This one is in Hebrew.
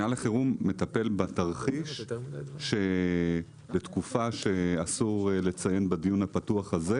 מנהל החירום מטפל בתרחיש שלתקופה שאסור לציין בדיון הפתוח הזה,